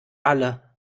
alle